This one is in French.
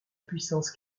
puissance